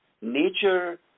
Nature